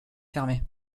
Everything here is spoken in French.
fermé